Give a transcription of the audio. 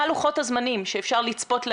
מה לוחות הזמנים שאפשר לצפות?